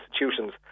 institutions